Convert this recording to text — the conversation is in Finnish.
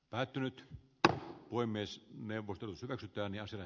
päättynyt tätä voi myös neuvostosäveltämiä sillä